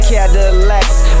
Cadillacs